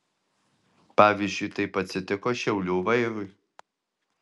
pavyzdžiui taip atsitiko šiaulių vairui